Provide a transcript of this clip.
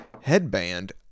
headband